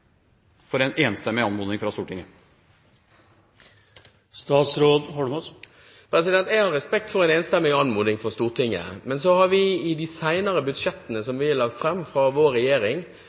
for en enstemmig anmodning fra Stortinget. Jeg har respekt for en enstemmig anmodning fra Stortinget. Men så har vi i de senere budsjettene som er lagt fram fra vår regjering,